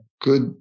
good